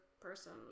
person